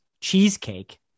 cheesecake